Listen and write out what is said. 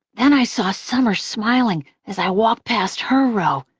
then i saw summer smiling as i walked past her row,